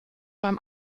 beim